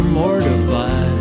mortified